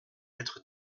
être